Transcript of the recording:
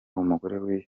umugore